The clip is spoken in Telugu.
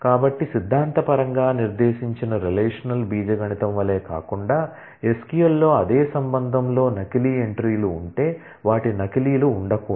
కాబట్టి సిద్ధాంతపరంగా నిర్దేశించిన రిలేషనల్ బీజగణితం వలె కాకుండా SQL లో అదే రిలేషన్లో నకిలీ ఎంట్రీలు ఉంటే వాటి నకిలీలు ఉండకూడదు